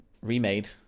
remade